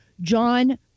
John